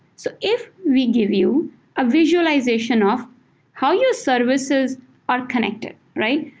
so if we give you a visualization of how your services are connected, right?